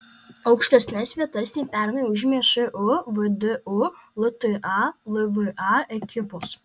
aukštesnes vietas nei pernai užėmė šu vdu lta lva ekipos